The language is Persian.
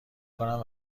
کنم